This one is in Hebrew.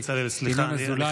חבר הכנסת בצלאל, סליחה.